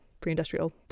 pre-industrial